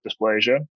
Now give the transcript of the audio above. dysplasia